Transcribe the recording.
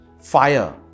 fire